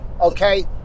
Okay